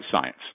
Science